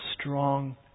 strong